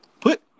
Put